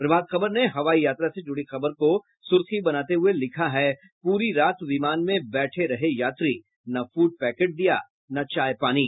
प्रभात खबर ने हवाई यात्रा से जुड़ी खबर को सुर्खी बनाते हये लिखा है प्ररी रात विमान में बैठे रहे यात्री न फूड पैकेट दिया न चाय पानी